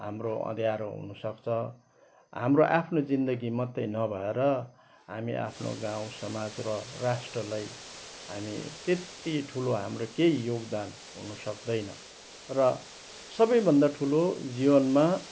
हाम्रो अँध्यारो हुन सक्छ हाम्रो आफ्नो जिन्दगी मात्रै नभएर हामी आफ्नो गाउँ समाज र राष्ट्रलाई हामी त्यत्ति ठुलो हाम्रो केही योगदान हुनु सक्दैन र सबैभन्दा ठुलो जीवनमा